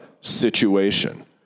situation